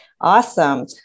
Awesome